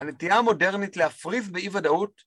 הנטייה המודרנית להפריז באי ודאות